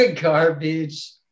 garbage